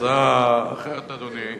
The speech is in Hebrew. ההצעה האחרת, אדוני,